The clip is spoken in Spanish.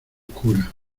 cura